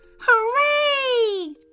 Hooray